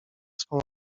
swą